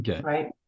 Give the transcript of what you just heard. right